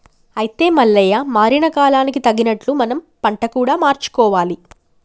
అయితే మల్లయ్య మారిన కాలానికి తగినట్లు మనం పంట కూడా మార్చుకోవాలి